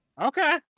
Okay